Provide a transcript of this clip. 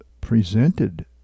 presented